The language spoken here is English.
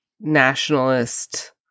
nationalist